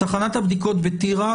תחנת הבדיקות בטירה,